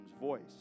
voice